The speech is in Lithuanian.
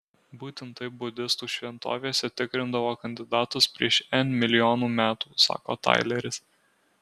būtent taip budistų šventovėse tikrindavo kandidatus prieš n milijonų metų sako taileris